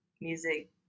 music